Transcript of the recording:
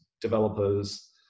developers